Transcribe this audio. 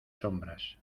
sombras